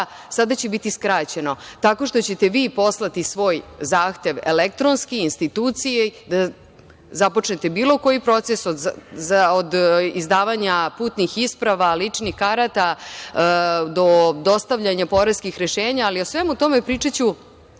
sada će biti skraćeno, tako što ćete vi poslati svoj zahtev elektronski instituciji da započnete bilo koji proces za od izdavanja putnih isprava, ličnih karata do dostavljanja poreskih rešenja, ali o svemu tome pričaću